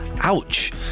Ouch